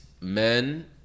men